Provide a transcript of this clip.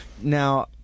Now